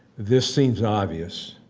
this seems obvious,